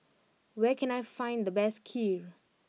where can I find the best Kheer